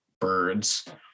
birds